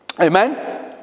Amen